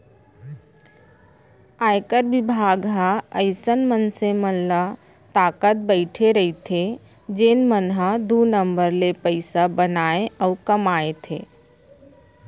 आयकर बिभाग ह अइसन मनसे मन ल ताकत बइठे रइथे जेन मन ह दू नंबर ले पइसा बनाथे अउ कमाथे